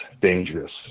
dangerous